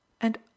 And